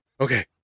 okay